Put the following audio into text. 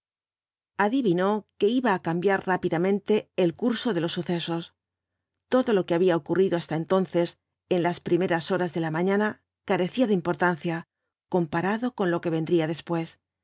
adivinó que iba á cambiar rápidamente el curso de los sucesos todo lo que había ocurrido hasta entonces en las primeras horas de la mañana carecía de importancia comparado con lo que vendría después